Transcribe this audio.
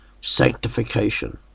sanctification